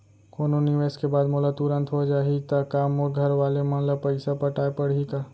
कोनो निवेश के बाद मोला तुरंत हो जाही ता का मोर घरवाले मन ला पइसा पटाय पड़ही का?